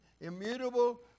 immutable